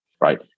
right